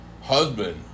husband